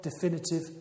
definitive